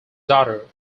daughter